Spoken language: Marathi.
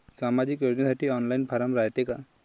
सामाजिक योजनेसाठी ऑनलाईन फारम रायते का?